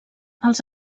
els